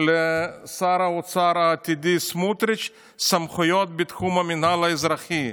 לשר האוצר העתידי סמוטריץ' סמכויות בתחום המינהל האזרחי.